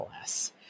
less